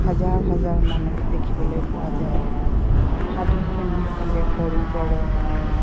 হাজাৰ হাজাৰ মানুহ দেখিবলৈ পোৱা যায় সাধু সন্যাসীৰে ভৰি পৰে